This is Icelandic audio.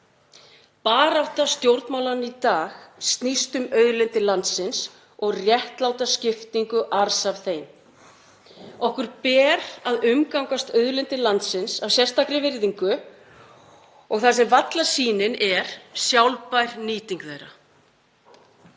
Barátta stjórnmálanna í dag snýst um auðlindir landsins og réttláta skiptingu arðs af þeim. Okkur ber að umgangast auðlindir landsins af sérstakri virðingu þar sem vallarsýnin er sjálfbær nýting þeirra.